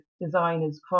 designers